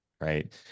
right